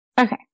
Okay